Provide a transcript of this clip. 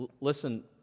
listen